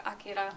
Akira